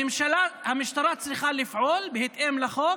המשטרה צריכה לפעול בהתאם לחוק,